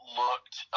looked